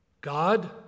God